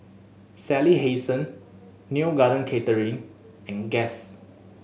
Sally Hansen Neo Garden Catering and Guess